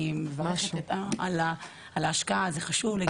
אני מודה על ההשקעה, זה חשוב מאוד.